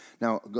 Now